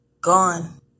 gone